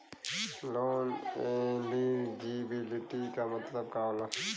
Loan eligibility का मतलब का होला?